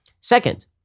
Second